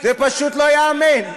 צריך להגיד תודה רבה לרוברט אילטוב.